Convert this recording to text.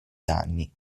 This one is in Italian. danni